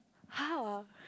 !how!